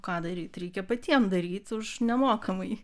ką daryt reikia patiem daryt už nemokamai